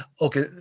okay